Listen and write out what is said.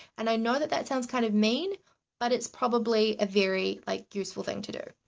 and i know that that sounds kind of mean but it's probably a very like useful thing to do.